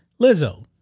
Lizzo